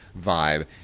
vibe